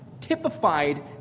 typified